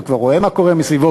הוא כבר רואה מה קורה מסביבו.